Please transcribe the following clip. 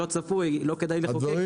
דברים לא צפויים לא כדאי לחוקק,